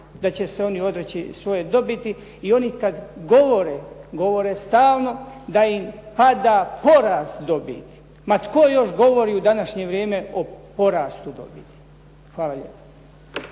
da će se oni odreći svoje dobiti i oni kad govore, govore stalno da im pada porast dobiti. Ma tko još govori u današnje vrijeme o porastu dobiti? Hvala